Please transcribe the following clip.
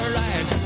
right